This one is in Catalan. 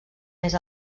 més